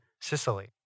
Sicily